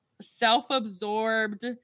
self-absorbed